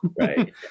Right